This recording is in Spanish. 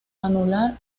anular